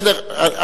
בסדר.